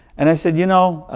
and i said, you know,